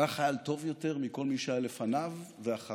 הוא היה חייל טוב יותר מכל מי שהיה לפניו ואחריו,